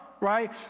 right